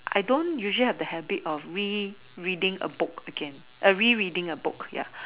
I don't usually have a habit of rereading a book again err rereading a book ya